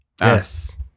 Yes